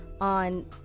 on